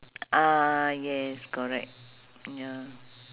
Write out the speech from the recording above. ah yes correct ya